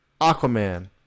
Aquaman